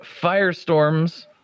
firestorms